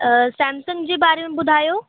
Samsung जे बारे में ॿुधायो